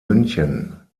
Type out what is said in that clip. münchen